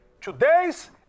today's